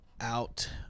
out-